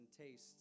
tastes